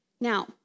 Now